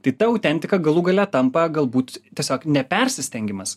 tai ta autentika galų gale tampa galbūt tiesiog ne persistengimas